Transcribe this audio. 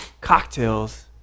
cocktails